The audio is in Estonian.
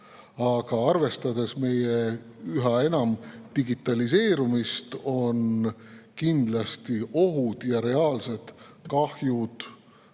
Aga arvestades meie üha enamat digitaliseerumist, kindlasti ohud ja reaalsed kahjud